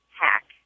hack